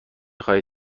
خواهید